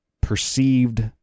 perceived